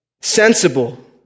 sensible